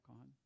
on